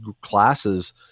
classes